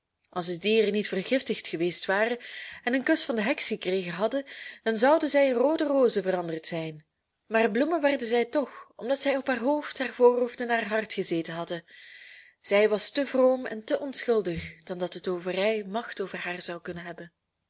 als de dieren niet vergiftig geweest waren en een kus van de heks gekregen hadden dan zouden zij in roode rozen veranderd zijn maar bloemen werden zij toch omdat zij op haar hoofd haar voorhoofd en haar hart gezeten hadden zij was te vroom en te onschuldig dan dat de tooverij macht over haar zou kunnen hebben